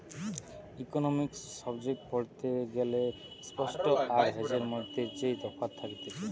economics subject পড়তে গ্যালে spot আর হেজের মধ্যে যেই তফাৎ থাকতিছে